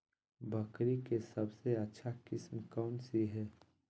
बकरी के सबसे अच्छा किस्म कौन सी है?